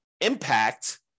impact